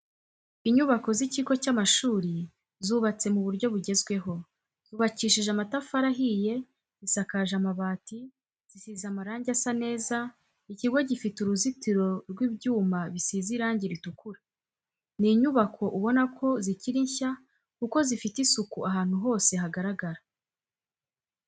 Inyubako z'ikigo cy'amashuri zubatse mu buryo bugezweho, zubakishije amatafari ahiye, zisakaje amabati, zisize amarange asa neza, ikigo gifite uruzitiro rw'ibyuma bisize irangi ritukura. Ni inyubako ubona ko zikiri nshya kuko zifite isuku ahantu hose hagaragara.